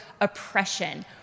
oppression